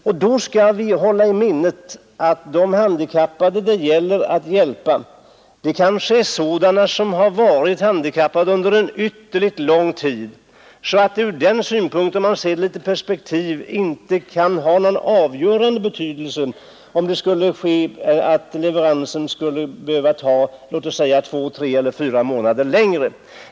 I det sammanhanget skall vi hålla i minnet att de handikappade det gäller att hjälpa kanske är sådana som har varit handikappade under en ytterligt lång tid, så att det ur den synpunkten, om man ser det i ett litet längre perspektiv, inte kan ha någon avgörande betydelse, om leveransen skulle behöva ta låt oss säga två, tre eller fyra månader längre tid.